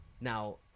now